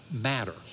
matter